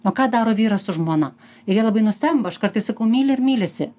o ką daro vyras su žmona ir jie labai nustemba aš kartais sakau myli ar mylisi